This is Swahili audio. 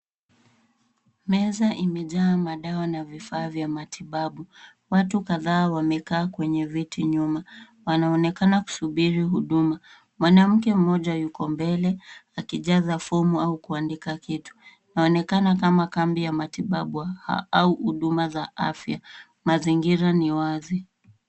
Meza imejaa madawa na vifaa vya matibabu. Watu kadhaa wamekaa kwenye viti nyuma, wanaonekana kusubiri huduma. Mwanamke mmoja yuko mbele akijaza fomu au kuandika kitu. Inaonekana kama kambi ya matibabu au huduma za afya. Mazingira ni wazi.